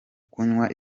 kunywa